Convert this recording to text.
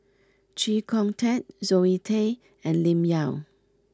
Chee Kong Tet Zoe Tay and Lim Yau